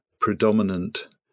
predominant